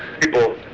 People